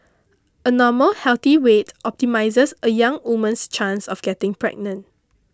a normal healthy weight optimises a young woman's chance of getting pregnant